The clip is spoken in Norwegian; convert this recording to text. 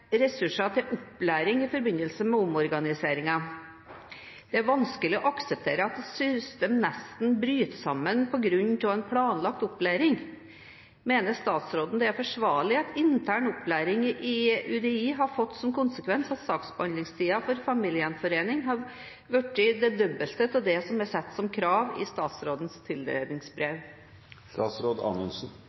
ressurser til opplæring i forbindelse med omorganiseringen. Det er vanskelig å akseptere at et system nesten bryter sammen på grunn av en planlagt opplæring. Mener statsråden det er forsvarlig at intern opplæring i UDI har fått som konsekvens at saksbehandlingstiden for familiegjenforening har blitt det dobbelte av det som er satt som krav i statsrådens